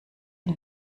ihn